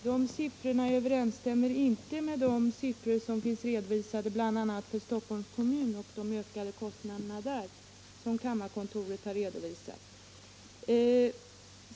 Herr talman! De siffrorna överensstämmer inte med de siffror som kammarkontoret i Stockholm har redovisat över ökade kostnader för bl.a. Stockholms kommun.